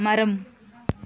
மரம்